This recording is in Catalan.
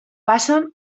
passen